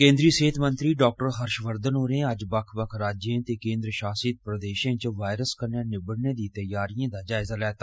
केन्द्रीय सेहत मंत्री डाक्टर हर्ष वर्धन होरें अज्ज बक्ख बक्ख राज्यें ते केन्द्र शासित प्रदेशें च वायरस कन्नै निबइने लेई त्यारियें दा जायजा लैता